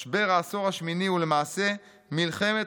משבר העשור השמיני הוא למעשה מלחמת